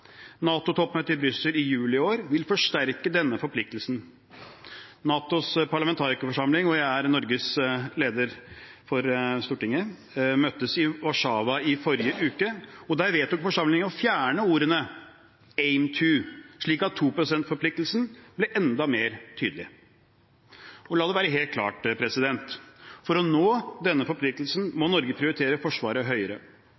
i Brussel i juli i år vil forsterke denne forpliktelsen. NATOs parlamentarikerforsamling, hvor jeg er leder for Stortingets delegasjon, møttes i Warszawa i forrige uke. Der vedtok forsamlingen å fjerne ordene «aim to», slik at 2-prosentforpliktelsen ble enda mer tydelig. La det være helt klart: For å nå denne forpliktelsen må Norge prioritere Forsvaret høyere.